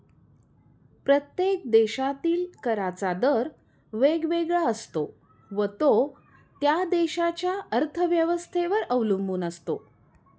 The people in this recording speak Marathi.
प्रत्येक देशातील कराचा दर वेगवेगळा असतो व तो त्या देशाच्या अर्थव्यवस्थेवर अवलंबून असतो